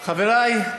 חברי,